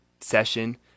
session